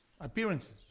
Appearances